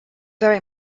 very